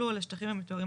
שמורות טבע,